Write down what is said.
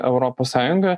europos sąjungą